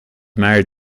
married